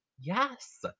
Yes